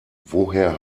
woher